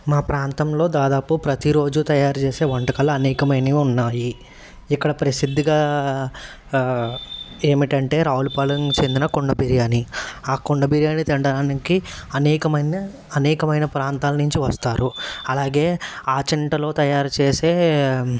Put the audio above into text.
మా ప్రాంతంలో దాదాపు ప్రతిరోజు తయారు చేసే వంటకాలు అనేకమైనవి ఉన్నాయి ఇక్కడ ప్రసిద్ధిగా ఏమిటంటే రావులపాలెంకి చెందిన కుండ బిర్యాని ఆ కుండ బిర్యాని తినడానికి అనేకమైన అనేకమైన ప్రాంతాల నించి వస్తారు అలాగే ఆచంటలో తయారు చేసే